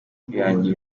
kwihangira